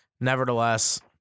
nevertheless